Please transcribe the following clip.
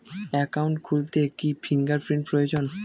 Account খুলতে কি finger print প্রয়োজন?